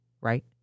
Right